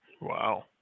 Wow